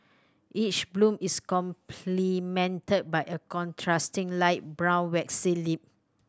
each bloom is complemented by a contrasting light brown waxy lip